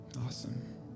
Awesome